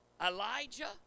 Elijah